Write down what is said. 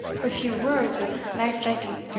wi' few words and nae flyting.